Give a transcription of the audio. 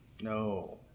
no